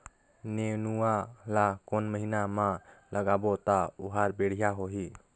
नेनुआ ला कोन महीना मा लगाबो ता ओहार बेडिया होही?